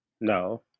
No